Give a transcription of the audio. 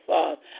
Father